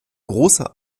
großer